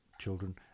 children